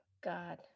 God